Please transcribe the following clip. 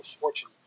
fortune